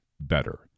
better